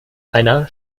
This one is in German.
einer